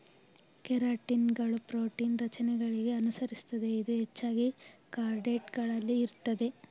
ಕೆರಾಟಿನ್ಗಳು ಪ್ರೋಟೀನ್ ರಚನೆಗಳಿಗೆ ಅನುಸರಿಸುತ್ತದೆ ಇದು ಹೆಚ್ಚಾಗಿ ಕಾರ್ಡೇಟ್ ಗಳಲ್ಲಿ ಇರ್ತದೆ